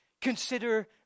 Consider